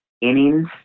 innings